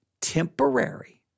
temporary